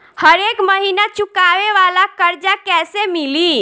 हरेक महिना चुकावे वाला कर्जा कैसे मिली?